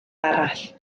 arall